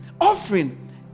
Offering